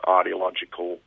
ideological